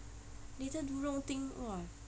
later do wrong thing !wah!